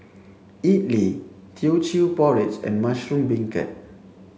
idly Teochew porridge and mushroom beancurd